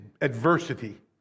adversity